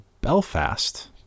Belfast